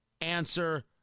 answer